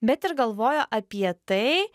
bet ir galvojo apie tai